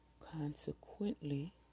Consequently